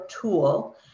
tool